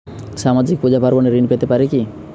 সামাজিক পূজা পার্বণে ঋণ পেতে পারে কি?